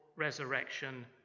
resurrection